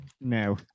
No